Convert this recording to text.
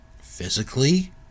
physically